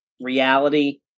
reality